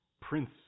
Prince